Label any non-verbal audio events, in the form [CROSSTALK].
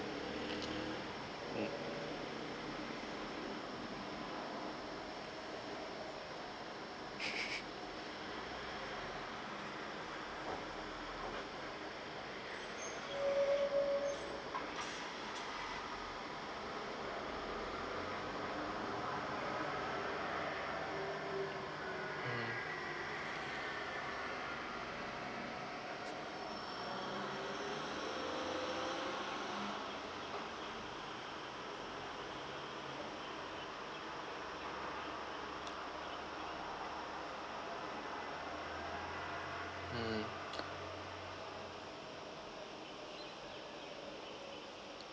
mm [LAUGHS] mm mm